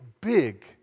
big